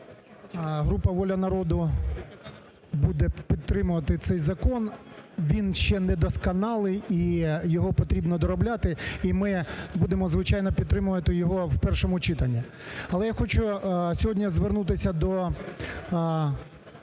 Група "Воля народу" буде підтримувати цей закон, він ще недосконалий і його потрібно доробляти, і ми будемо звичайно підтримувати його в першому читанні. Але я хочу сьогодні звернутися до